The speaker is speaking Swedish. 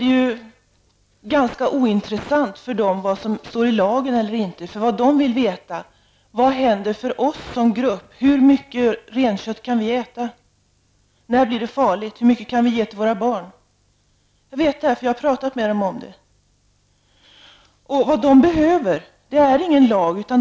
Det är ganska ointressant för samerna vad som står i lagen eller inte. Vad de vill veta är vad som händer med dem och hur mycket renkött de kan äta. När blir det farligt? Hur mycket kan vi ge till våra barn? Jag vet att detta är problemet för jag har pratat med dem om det. Det samerna behöver är ingen lag.